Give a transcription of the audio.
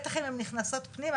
בטח אם הן נכנסות פנימה.